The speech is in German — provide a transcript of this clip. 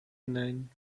hinein